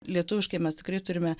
lietuviškai mes tikrai turime